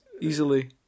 easily